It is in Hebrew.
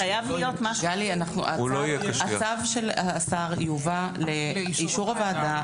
גלי, הצו של השר יובא לאישור הוועדה.